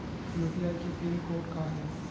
UPI के pin code का हे?